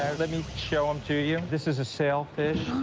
let me show them to you. this is a sailfish.